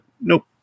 nope